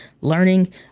learning